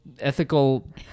Ethical